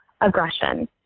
aggression